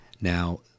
Now